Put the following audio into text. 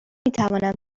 میتوانم